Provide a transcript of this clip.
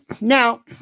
Now